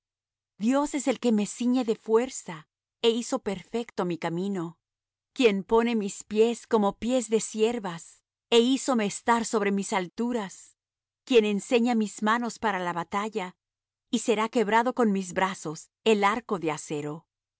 dios es el que me ciñe de fuerza e hizo perfecto mi camino quien pone mis pies como pies de ciervas e hízome estar sobre mis alturas quien enseña mis manos para la batalla y será quebrado con mis brazos el arco de acero